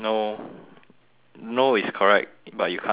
no is correct but you can't say the lah